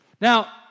Now